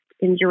enjoy